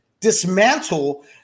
dismantle